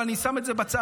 ואני שם את זה בצד.